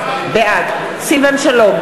בעד סילבן שלום,